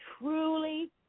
truly